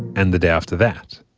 and the day after that.